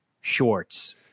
Shorts